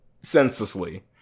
senselessly